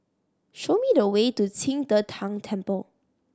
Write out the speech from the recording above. show me the way to Qing De Tang Temple